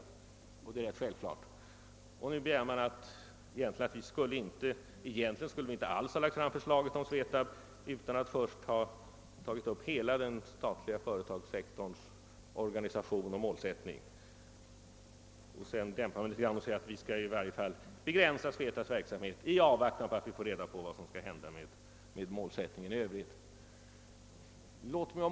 Det är rätt självklart, Nu hävdar man att vi egentligen inte alls skulle ha lagt fram förslaget om SVETAB utan att först ha tagit upp frågan om hela den statliga företagssektorns organisation och målsättning. Sedan dämpar man emellertid tonen litet och menar, att vi i varje fall bör begränsa SVETAB:s verksamhet i avvaktan på att det blir klarlagt vad som skall hända med målsättningen i övrigt.